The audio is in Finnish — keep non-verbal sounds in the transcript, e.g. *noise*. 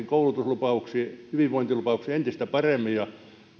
*unintelligible* koulutuslupauksiin hyvinvointilupauksiin entistä paremmin